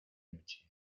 noche